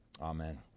Amen